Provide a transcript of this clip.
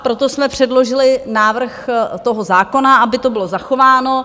Proto jsme předložili návrh toho zákona, aby to bylo zachováno.